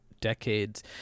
decades